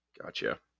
Gotcha